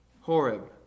Horeb